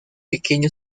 pequeño